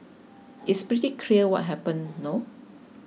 it's pretty clear what happened no